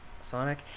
Sonic